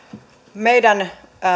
meidän